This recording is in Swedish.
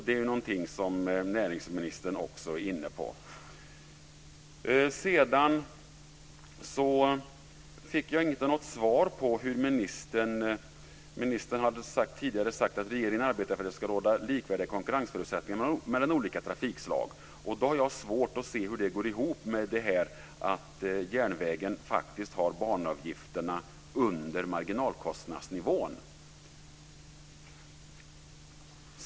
Det är någonting som näringsministern också är inne på. Ministern sade tidigare att regeringen arbetar för att det ska råda likvärdiga konkurrenförutsättningar mellan olika trafikslag. Jag har svårt att se hur det går ihop med det faktum att banavgifterna för järnvägen ligger under marginalkostnadsnivån.